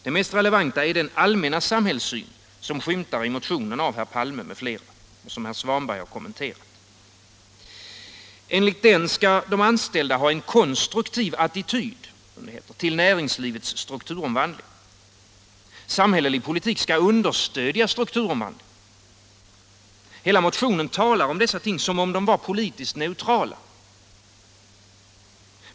Det mest relevanta är den allmänna samhällssyn som skymtar i motionen av herr Palme m.fl. och som herr Svanberg har kommenterat. Enligt den skall de anställda ha en konstruktiv attityd, som det heter, till näringslivets strukturomvandling. Samhällelig politik skall understödja strukturomvandlingen. Hela motionen talar om dessa ting som om de var politiskt neutrala.